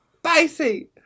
spicy